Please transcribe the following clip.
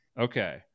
Okay